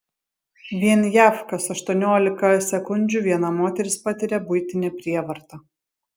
vien jav kas aštuoniolika sekundžių viena moteris patiria buitinę prievartą